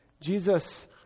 Jesus